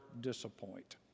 disappoint